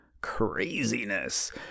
craziness